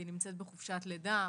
היא נמצאת בחופשת לידה.